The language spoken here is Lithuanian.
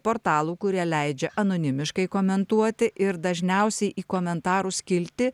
portalų kurie leidžia anonimiškai komentuoti ir dažniausiai į komentarų skiltį